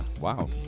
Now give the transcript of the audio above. wow